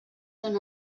són